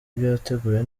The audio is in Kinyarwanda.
byateguwe